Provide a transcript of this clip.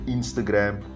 Instagram